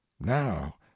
now